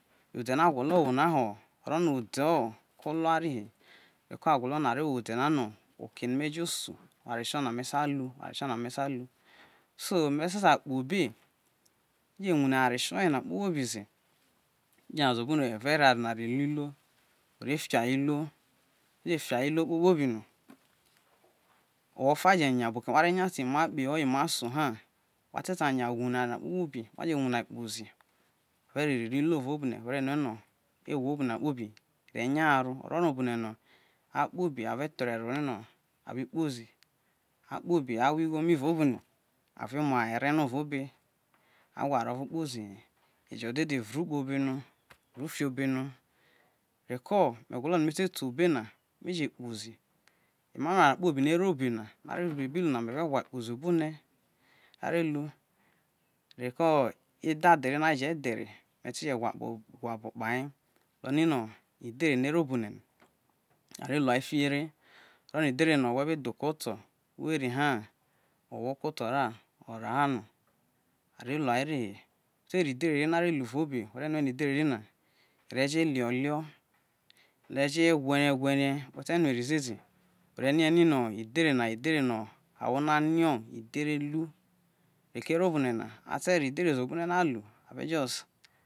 o̱ro̱no̱ ode̱ olua ri ni reko a gwolo a re wo ode̱ o oke no rue jo osu oware tho na me sai lu, so me̱ ta kpo obe me je wune oware tio ye ria kpokpobi ze, me je iya ze obone mere je̱ ro eware na kpobi ro lu irwo, fia ho iluo kpokpibi no owho fe je ya bo oke no ma re nya te ima kpe na yo ma so ha ate ta nya ye wene eware nana kpobi, aje wune a re kpozi a je wune̱ re kpizi we je re ri hi imo evao obone ne no̱ akpobe ore̱ tho ri ero no are kpo zi awo, igho mi evao obone are mue e̱re no evao obe. Are lua ererue we the ri dhere ri no are lu evao obe were rue no idhere re ri na ere̱ jo woho ere̱ jo werie wete rio obe ziezi were imo edheru no̱ ahwo ni arie edheru hi re ko evao obone na a te ro edhere ze obo ne no a lu a vi̱ are just